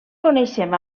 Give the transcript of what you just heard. coneixem